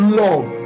love